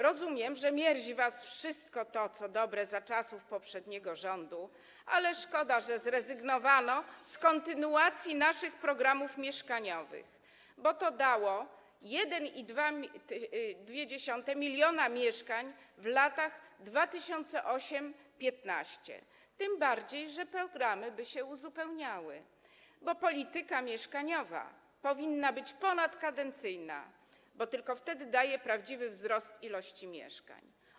Rozumiem, że mierzi was wszystko to, co dobre za czasów poprzedniego rządu, ale szkoda, że zrezygnowano z kontynuacji naszych programów mieszkaniowych, bo to dało 1,2 mln mieszkań w latach 2008–2015, tym bardziej że programy by się uzupełniały, bo polityka mieszkaniowa powinna być ponadkadencyjna, gdyż tylko wtedy daje prawdziwy wzrost ilości mieszkań.